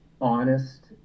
honest